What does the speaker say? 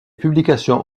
publications